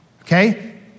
Okay